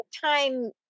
time